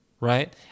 Right